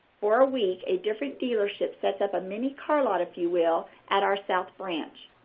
for a week a different dealership sets up a mini car lot, if you will, at our south branch.